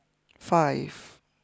five